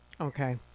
Okay